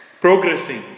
progressing